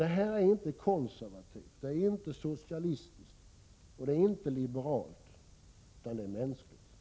Detta är inte konservativt, det är inte socialistiskt, och det är inte liberalt — det är mänskligt.